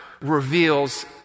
reveals